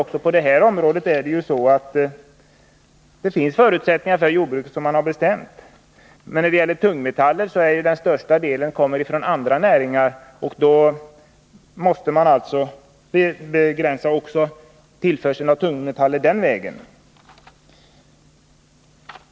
Också på det här området finns det bestämda förutsättningar för jordbruket, men när det gäller tungmetaller kommer största delen från andra näringar, och då måste man begränsa även tillförseln av tungmetaller den vägen.